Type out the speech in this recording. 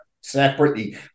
separately